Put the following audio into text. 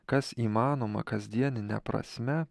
kas įmanoma kasdienine prasme